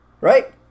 Right